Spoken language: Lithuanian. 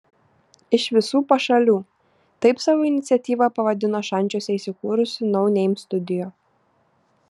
iš visų pašalių taip savo iniciatyvą pavadino šančiuose įsikūrusi no name studio